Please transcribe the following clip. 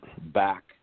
back